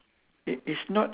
it is not